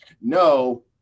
no